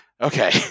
okay